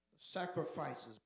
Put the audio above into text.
sacrifices